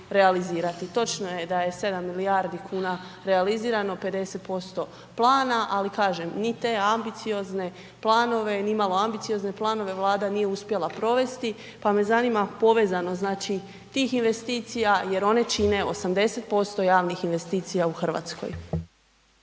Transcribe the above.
Točno je da je 7 milijardi kuna realizirano 50% plana ali kažem, ni te ambiciozne planove, nimalo ambiciozne planove Vlada nije uspjela provesti pa me zanima povezanost tih investicija jer one čine 80% javnih investicija u Hrvatskoj.